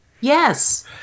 Yes